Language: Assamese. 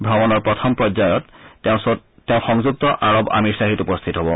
ভ্ৰমণৰ প্ৰথম পৰ্যায়ত তেওঁ সংযুক্ত আৰব আমিৰশ্বাহীত উপস্থিত হ'ব